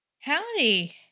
Howdy